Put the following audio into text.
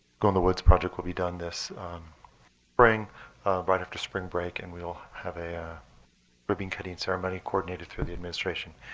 go in the woods project will be done this spring right after spring break, and we'll have a ribbon cutting ceremony coordinated through the administration.